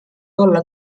olla